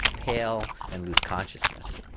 pale and lose consciousness.